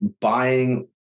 buying